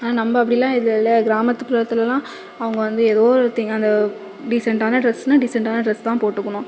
ஆனால் நம்ப அப்படிலாம் இது இல்லை கிராமத்துபுறத்திலெல்லாம் அவங்க வந்து ஏதோ அந்த டீசன்டான ட்ரெஸ்னால் டீசன்ட்டான ட்ரெஸ் தான் போட்டுக்கணும்